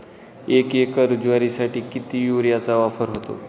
एक एकर ज्वारीसाठी किती युरियाचा वापर होतो?